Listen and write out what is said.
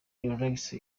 relax